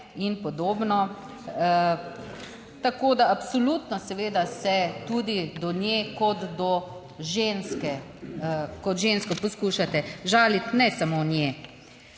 in podobno, tako da absolutno seveda se tudi do nje kot do ženske, kot žensko poskušate žaliti, ne samo v njej.